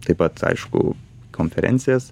taip pat aišku konferencijas